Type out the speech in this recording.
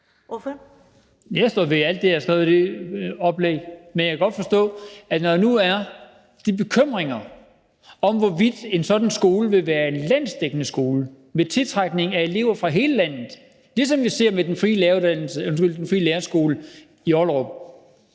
Jeg står ved alt det, jeg har skrevet i det oplæg. Men jeg kan godt forstå, når der nu er de bekymringer om, hvorvidt en sådan skole vil være en landsdækkende skole med tiltrækning af elever fra hele landet, ligesom vi ser med Den Frie Lærerskole i Ollerup,